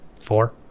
four